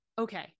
okay